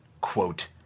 quote